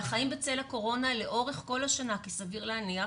אלא החיים בצל הקורונה לאורך כל השנה כי סביר להניח